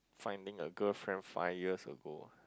finding a girlfriend five years ago